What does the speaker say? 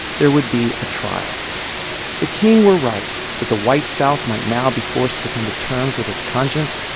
there would be a trial if king were right, that the white south might now be forced to come to terms with its conscience,